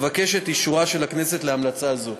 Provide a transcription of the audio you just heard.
אבקש את אישורה של הכנסת להמלצה זו.